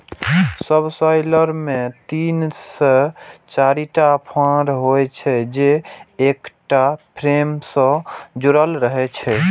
subsoiler मे तीन से चारिटा फाड़ होइ छै, जे एकटा फ्रेम सं जुड़ल रहै छै